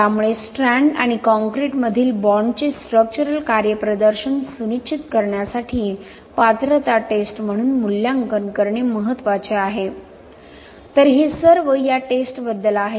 त्यामुळे स्ट्रँड आणि कॉंक्रिटमधील बॉण्डचे स्ट्रक्चरल कार्यप्रदर्शन सुनिश्चित करण्यासाठी पात्रता टेस्ट म्हणून मूल्यांकन करणे महत्त्वाचे आहे तर हे सर्व या टेस्टबद्दल आहे